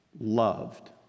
loved